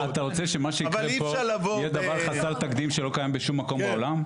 אתה רוצה שמה שיקרה פה יהיה דבר חסר תקדים שלא קיים בשום מקום בעולם?